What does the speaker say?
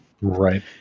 right